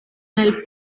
nel